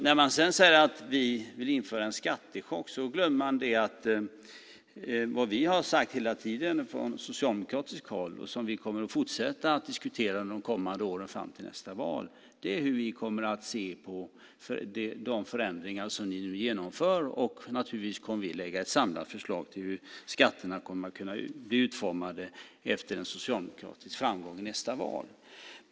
När ni sedan säger att vi vill införa en skattechock glömmer ni vad vi har sagt hela tiden från socialdemokratiskt håll. Det är det som vi kommer att fortsätta att diskutera de kommande åren fram till nästa val, nämligen hur vi kommer att se på de förändringar som ni nu genomför. Naturligtvis kommer vi att lägga fram ett samlat förslag till hur skatterna kommer att bli utformade efter en socialdemokratisk framgång i nästa val.